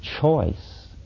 choice